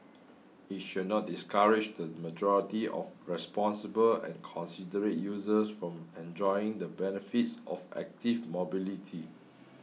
it should not discourage the majority of responsible and considerate users from enjoying the benefits of active mobility